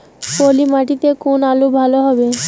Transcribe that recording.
পলি মাটিতে কোন আলু ভালো হবে?